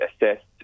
assessed